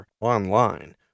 online